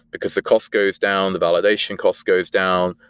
because the cost goes down, the validation cost goes down.